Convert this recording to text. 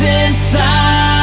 inside